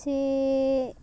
ᱥᱮ